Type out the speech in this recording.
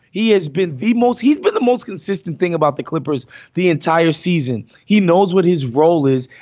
he has been the most he's been the most consistent thing about the clippers the entire season. he knows what his role is.